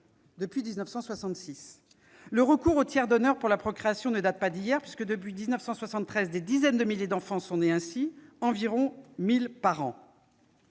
depuis 1966. Le recours au tiers donneur pour la procréation ne date pas d'hier : depuis 1973, des dizaines de milliers d'enfants sont nés ainsi, au rythme d'environ mille par an.